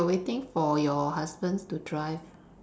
you are waiting for your husband to drive